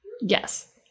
Yes